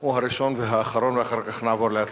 הוא הראשון והאחרון, ואחר כך נעבור להצבעה.